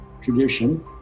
tradition